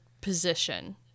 position